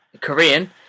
Korean